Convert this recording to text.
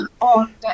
on